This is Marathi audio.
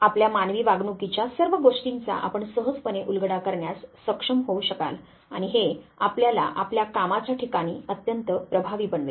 आपल्या मानवी वागणुकीच्या सर्व गोष्टींचा आपण सहजपणे उलगडा करण्यास सक्षम होऊ शकाल आणि हे आपल्याला आपल्या कामाच्या ठिकाणी अत्यंत प्रभावी बनवेल